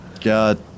God